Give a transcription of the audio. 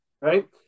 right